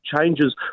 changes